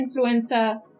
influencer